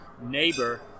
neighbor